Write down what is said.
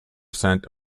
cent